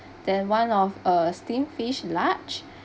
then one of a steam fish large